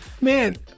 Man